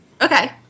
Okay